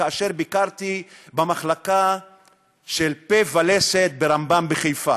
כאשר ביקרתי במחלקת פה ולסת ברמב"ם בחיפה,